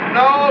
no